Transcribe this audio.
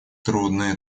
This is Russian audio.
трудные